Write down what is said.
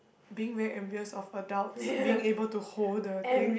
being very envious of adults being able to hold the thing